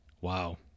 Wow